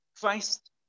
Christ